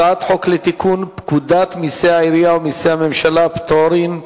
הצעת חוק לתיקון פקודת מסי העירייה ומסי הממשלה (פטורין)